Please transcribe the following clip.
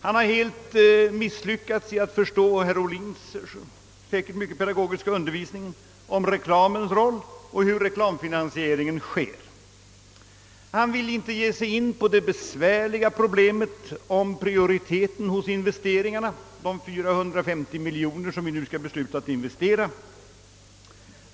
Han har helt misslyckats med att förstå herr Ohlins säkert pedagogiskt riktiga undervisning om reklamens roll och hur reklamfinansieringen sker. Han vill inte gå in på det besvärliga problemet beträffande prioriteringen av investeringarna, alltså de 450 miljoner kronor vi nu skall besluta att investera.